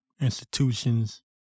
institutions